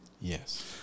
Yes